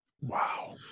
Wow